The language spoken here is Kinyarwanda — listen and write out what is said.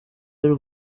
y’u